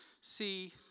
see